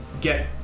get